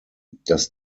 dass